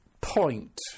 point